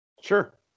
Sure